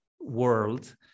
world